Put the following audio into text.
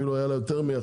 אפילו היה לה יותר מאחד,